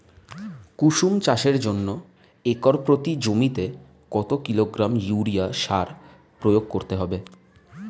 কুসুম চাষের জন্য একর প্রতি জমিতে কত কিলোগ্রাম ইউরিয়া সার প্রয়োগ করতে হবে?